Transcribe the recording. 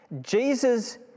Jesus